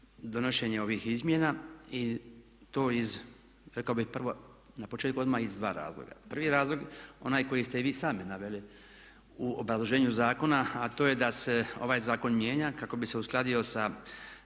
donošenje ovih izmjena i to iz rekao bih prvo na početku odmah iz dva razloga. Prvi razlog je onaj koji ste i vi sami naveli u obrazloženju zakona, a to je da se ovaj zakon mijenja kako bi se uskladio sa